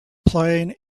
playing